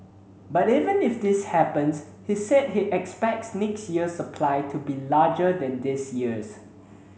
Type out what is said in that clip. but even if this happens he said he expects next year's supply to be larger than this year's